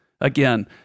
Again